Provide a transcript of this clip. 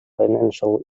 financial